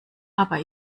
aber